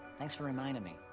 thanks for reminding me.